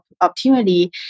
opportunity